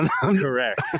Correct